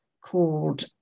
called